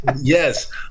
Yes